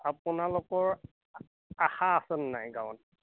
আপোনালোকৰ আশা আছে নাই গাঁৱত